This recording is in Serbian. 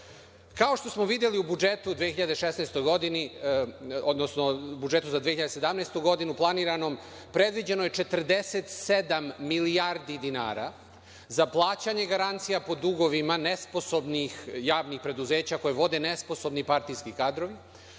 što smo videli u budžetu za 2017. godinu predviđeno je 47 milijardi dinara za plaćanje garancija po dugovima nesposobnih javnih preduzeća koja vode nesposobni partijski kadrovi,